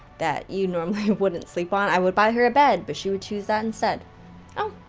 that you normally wouldn't sleep on. i would buy her a bed, but she would choose that instead. oh!